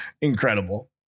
incredible